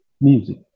music